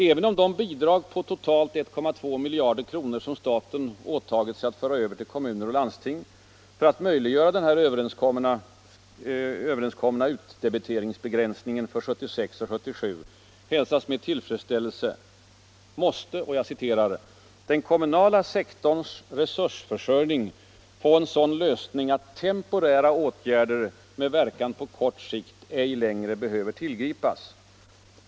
Även om de bidrag på totalt 1,2 miljarder kronor som staten åtagit sig att föra över till kommuner och landsting för att möjliggöra den överenskomna utdebiteringsbegränsningen för 1976 och 1977 hälsas med tillfredsställelse, ”måste den kommunala sektorns resursförsörjning få en sådan lösning att temporära åtgärder med verkan på kort sikt ej längre behöver tillgripas.